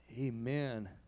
Amen